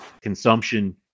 consumption